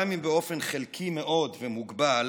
גם אם באופן חלקי מאוד ומוגבל,